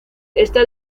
esta